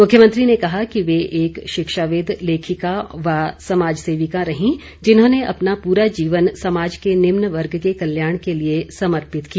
मुख्यमंत्री ने कहा कि वे एक शिक्षाविद लेखिका व समाज सेविका रहीं जिन्होंने अपना पूरा जीवन समाज के निम्न वर्ग के कल्याण के लिए समर्पित किया